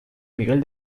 miguel